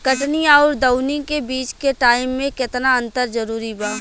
कटनी आउर दऊनी के बीच के टाइम मे केतना अंतर जरूरी बा?